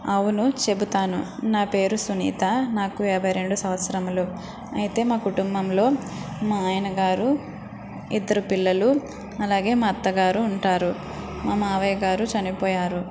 అవును చెబుతాను నా పేరు సునీత నాకు యాభై రెండు సంవత్సరములు అయితే మా కుటుంబంలో మా ఆయన గారు ఇద్దరు పిల్లలు అలాగే మా అత్తగారు ఉంటారు మా మావయ్య గారు చనిపోయారు